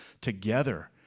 together